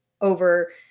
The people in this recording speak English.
over